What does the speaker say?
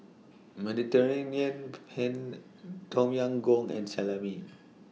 Mediterranean Penne Tom Yam Goong and Salami